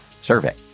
survey